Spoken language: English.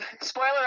spoiler